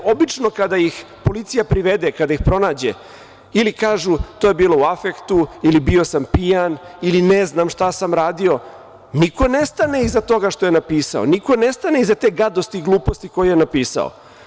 Obično kada ih policija privede, kada ih pronađe ili kažu to je bilo u afektu ili bio sam pijan ili ne znam šta sam radio, niko ne stane iza toga što je napisao, niko ne stane iza te gadosti, gluposti koju je napisao.